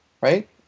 right